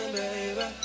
baby